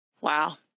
Wow